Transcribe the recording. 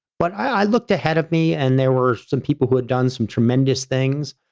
but i looked ahead of me and there were some people who had done some tremendous things.